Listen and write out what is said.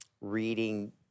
reading